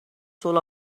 soul